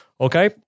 okay